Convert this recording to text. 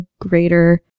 greater